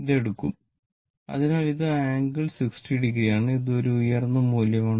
ഇത് എടുക്കും അതിനാൽ ഇത് ആംഗിൾ 60o ആണ് ഇത് ഒരു ഉയർന്ന മൂല്യമാണ്